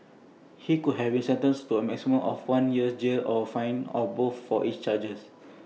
he could have been sentenced to A maximum of one year's jail or A fine or both for each charge